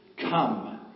come